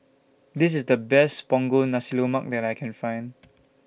This IS The Best Punggol Nasi Lemak that I Can Find